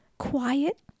quiet